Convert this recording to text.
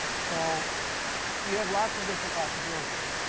so you have lots of different possibilities.